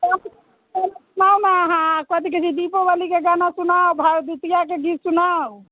नहि नहि हँ कथी कहैत छै दीपोवलीके गाना सुनाउ भरदुतिआके गीत सुनाउ